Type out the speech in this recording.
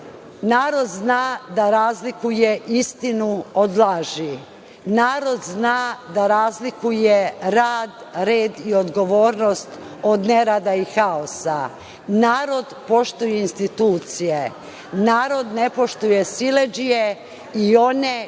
zna da razlikuje istinu od laži. Narod zna da razlikuje rad, red i odgovornost od nerada i haosa. Narod poštuje institucije. Narod ne poštuje siledžije i one koji